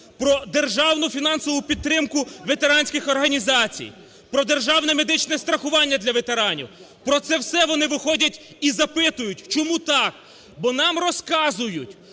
Про державну фінансову підтримку ветеранських організацій. Про державне медичне страхування для ветеранів. Про це все вони виходять і запитують: "Чому так? Бо нам розказують